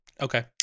Okay